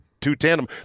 two-tandem